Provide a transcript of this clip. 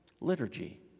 liturgy